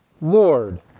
Lord